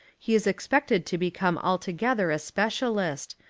he is expected to become altogether a specialist,